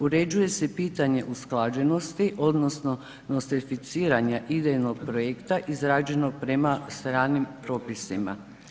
Uređuje se i pitanje usklađenosti odnosno nostrificiranja idejnog projekta izrađenog prema stranim propisima.